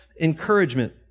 Encouragement